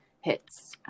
hits